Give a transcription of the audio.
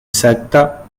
exacta